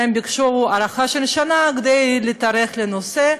והם ביקשו הארכה של שנה כדי להיערך לנושא,